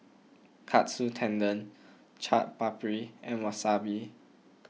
Katsu Tendon Chaat Papri and Wasabi